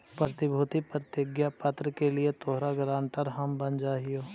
प्रतिभूति प्रतिज्ञा पत्र के लिए तोहार गारंटर हम बन जा हियो